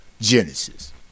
Genesis